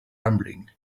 rumbling